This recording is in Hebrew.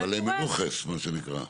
--- מה שנקרא.